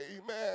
Amen